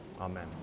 Amen